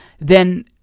then-